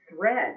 thread